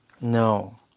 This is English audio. No